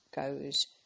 goes